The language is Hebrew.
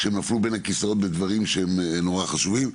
כשהם נפלו בין הכיסאות בדברים שהם נורא חשובים.